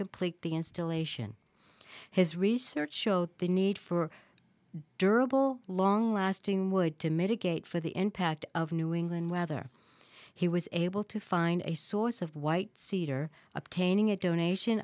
complete the installation his research showed the need for durable long lasting wood to mitigate for the impact of new england weather he was able to find a source of white cedar obtaining a donation